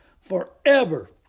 forever